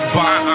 box